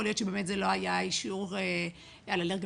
יכול להיות שזה לא היה אישור על אלרגיה